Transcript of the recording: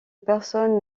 personne